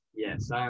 Yes